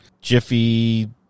Jiffy